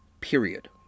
period